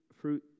fruit